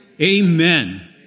Amen